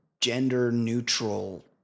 gender-neutral